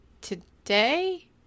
today